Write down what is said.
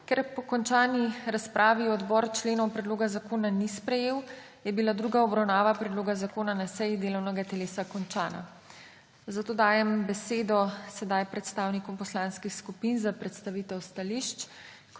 Ker po končani razpravi odbor členov predloga zakona ni sprejel, je bila druga obravnava predloga zakona na seji delovnega telesa končana. Zato dajem besedo sedaj predstavnikom poslanskih skupin za predstavitev stališč.